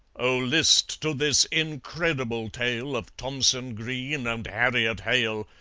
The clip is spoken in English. oh, list to this incredible tale of thomson green and harriet hale,